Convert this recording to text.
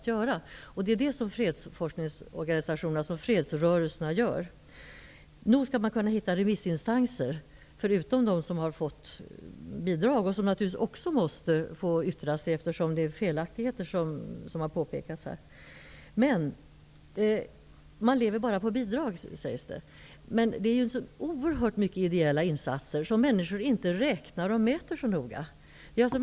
Det är det som fredsrörelsen gör. Nog bör man kunna hitta adekvata remissinstanser, förutom de remissinstanser som fått bidrag och som naturligtvis också måste få yttra sig, eftersom det finns felaktigheter i utredningen, vilket har påpekats här. Man lever bara på bidrag sägs det. Men det finns ju så oerhört många insatser som inte räknas, och som inte tillmäts något värde.